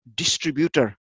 distributor